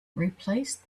replace